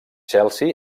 chelsea